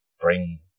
bring